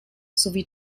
sowie